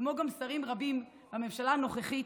כמו גם שרים רבים בממשלה הנוכחית,